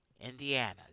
Indiana